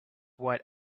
what